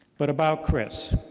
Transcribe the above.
but about chris.